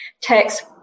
text